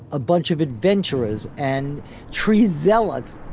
a bunch of adventurers and tree zealots!